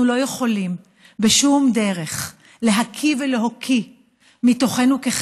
אנחנו לא יכולים בשום דרך להקיא מתוכנו ולהוקיע כחברה